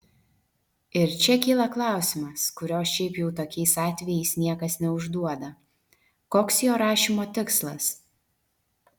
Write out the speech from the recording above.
ir čia kyla klausimas kurio šiaip jau tokiais atvejais niekas neužduoda koks jo rašymo tikslas